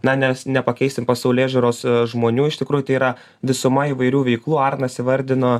na nes nepakeisim pasaulėžiūros žmonių iš tikrųjų tai yra visuma įvairių veiklų arnas įvardino